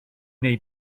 neu